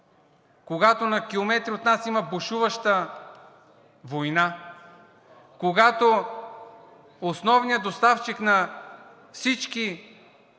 когато на километри от нас има бушуваща война, когато основният доставчик на всички